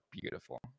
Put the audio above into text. beautiful